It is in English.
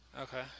Okay